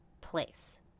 place